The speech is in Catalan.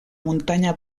muntanya